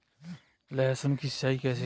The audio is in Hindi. लहसुन की सिंचाई कैसे करें?